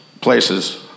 places